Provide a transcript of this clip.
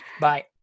Bye